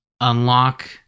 unlock